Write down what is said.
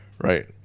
right